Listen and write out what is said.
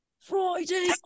friday